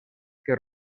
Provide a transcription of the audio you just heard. que